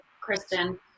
Kristen